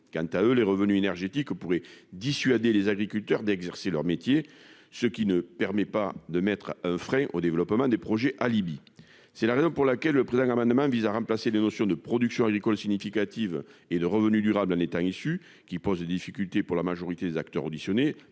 Quant aux revenus énergétiques, ils pourraient dissuader les agriculteurs d'exercer leur métier originel, ce qui ne permet pas de mettre un frein au développement des projets alibis. C'est pourquoi nous avons déposé cet amendement, qui vise à remplacer les notions de « production agricole significative » et de « revenus durables en étant issu », qui posent des difficultés pour la majorité des acteurs auditionnés,